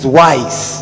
wise